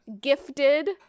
gifted